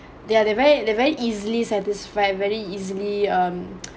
they are the very the very easily satisfy very easily um